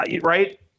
Right